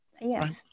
Yes